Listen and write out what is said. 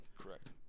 Correct